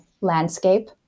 landscape